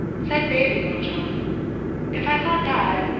said bailie littlejohn if i thought that,